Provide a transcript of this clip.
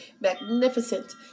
magnificent